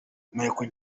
michael